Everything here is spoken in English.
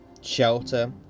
shelter